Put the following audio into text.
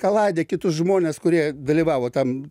kaladę kitus žmones kurie dalyvavo tam